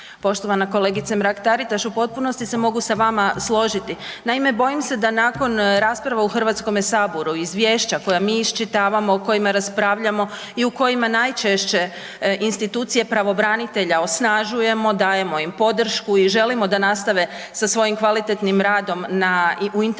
Poštovana kolegice Mrak Taritaš u potpunosti se mogu sa vama složiti. Naime, bojim se da nakon rasprave u HS izvješća koja mi iščitavamo, o kojima raspravljamo i u kojima najčešće institucije pravobranitelja osnažujemo, dajemo im podršku i želimo da nastave sa svojim kvalitetnim radom u interesu